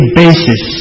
basis